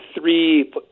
three